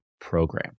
program